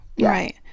Right